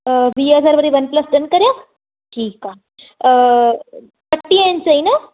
अ वींह हज़ार वारी वन प्लस डन करियां ठीकु आहे ॿटींह इंच चई ना